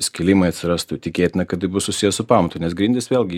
skilimai atsirastų tikėtina kad tai bus susiję su pamatu nes grindys vėlgi